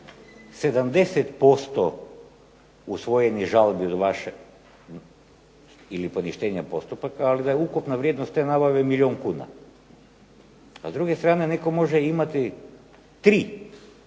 70% usvojenih žalbi od vaše ili poništenja postupaka, ali da je ukupna vrijednost te nabave milijun kuna. A s druge strane netko može imati 3